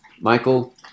Michael